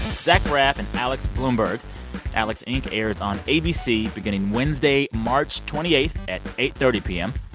zach braff and alex blumberg alex, inc. airs on abc beginning wednesday, march twenty eight at eight thirty p m.